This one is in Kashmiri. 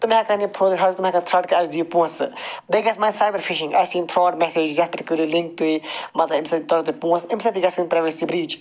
تِم ہیٚکَن یہِ پھٔہلِتھ تِم ہیٚکَن تھرٛٹ کٔرِتھ اَسہِ دِیو پۅنٛسہٕ بیٚیہِ گَژھِ ماے سایبَر فیشنٛگ اَسہِ یی فرٛاڈ میٚسیجٕس یتھ پٮ۪ٹھ کٔرِو لِنٛک تُہۍ مَطلَب اَمہِ سۭتۍ تَرنو تۄہہِ پۅنٛسہٕ